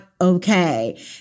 okay